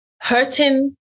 hurting